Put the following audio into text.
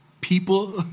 people